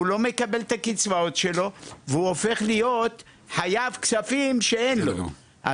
הוא לא מקבל את הקצבאות שלו והוא הופך להיות חייב כספים שאין לו.